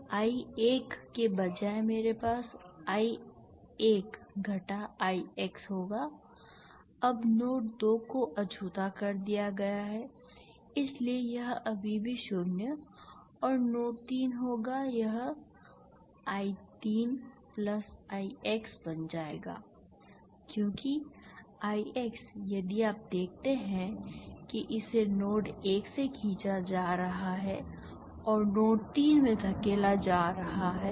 तो I1 के बजाय मेरे पास I1 घटा Ix होगा अब नोड 2 को अछूता कर दिया गया है इसलिए यह अभी भी 0 और नोड 3 होगा यह I3 प्लस Ix बन जाएगा क्योंकि Ix यदि आप देखते हैं कि इसे नोड 1 से खींचा जा रहा है और नोड 3 में धकेला जा रहा है